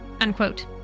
Unquote